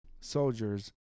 soldiers